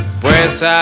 Pues